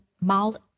mild